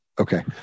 Okay